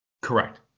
Correct